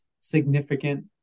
significant